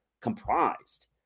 comprised